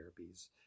therapies